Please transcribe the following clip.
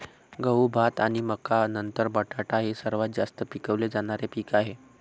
गहू, भात आणि मका नंतर बटाटा हे सर्वात जास्त पिकवले जाणारे पीक आहे